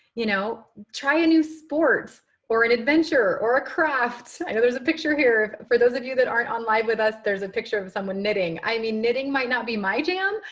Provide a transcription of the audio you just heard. you know. try a new sport or an adventure or a craft. i know there's a picture here. for those of you that aren't on live with us, there's a picture of someone knitting. i mean, knitting might not be my jam,